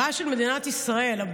הבעיה של מדינת ישראל,